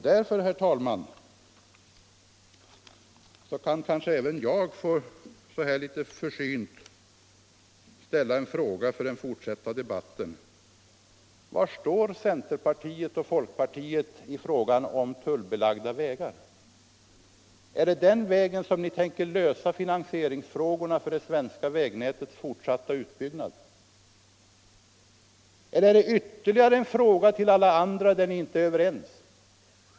Därför, herr talman, kan kanske även jag litet försynt få ställa en fråga till ledning för den fortsatta debatten: Var står centerpartiet och folkpartiet i frågan tullbelagda vägar? Är det på det sättet ni tänker lösa finansieringsfrågorna då det gäller det svenska vägnätets fortsatta utbyggnad, eller är detta ytterligare en sak, vid sidan av alla andra, där ni inte är överens?